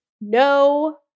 No